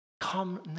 come